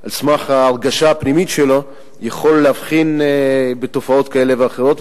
על סמך ההרגשה הפנימית שלו יכול להבחין בתופעות כאלה ואחרות.